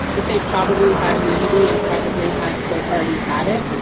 that they probably had immunity and probably had quote already had it,